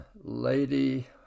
lady